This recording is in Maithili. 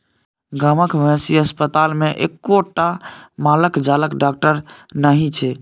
गामक मवेशी अस्पतालमे एक्कोटा माल जालक डाकटर नहि छै